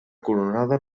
coronada